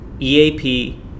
EAP